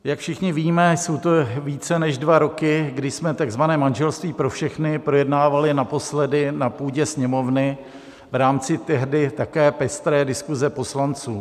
Jak všichni víme, jsou to více než dva roky, kdy jsme takzvané manželství pro všechny projednávali naposledy na půdě Sněmovny v rámci tehdy také pestré diskuse poslanců.